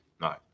No